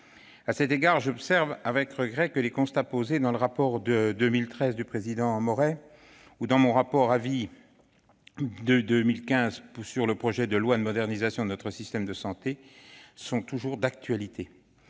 À cet égard, j'observe avec regret que les constats posés dans le rapport de 2013 du président Hervé Maurey ou dans mon rapport pour avis de 2015 sur le projet de loi de modernisation de notre système de santé sont toujours d'actualité.